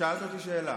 שאלת אותי שאלה.